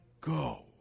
go